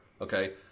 Okay